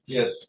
Yes